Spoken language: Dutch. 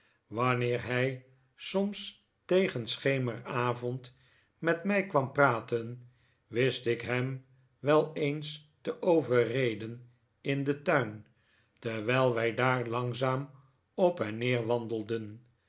wanneer hij soms tegen schemeravond met mij kwam praten wist ik hem wel eens te overreden in den tuin terwijl wij daar langzaam op en neer wandelden